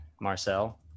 Marcel